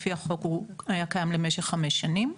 לפי החוק הוא היה קיים למשך חמש שנים.